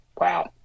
Wow